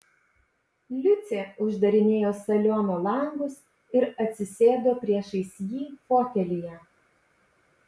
liucė uždarinėjo saliono langus ir atsisėdo priešais jį fotelyje